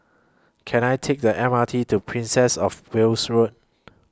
Can I Take The M R T to Princess of Wales Road